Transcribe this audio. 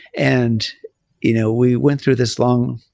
and you know we went through this long,